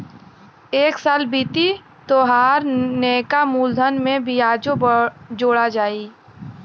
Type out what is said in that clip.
एक साल बीती तोहार नैका मूलधन में बियाजो जोड़ा जाई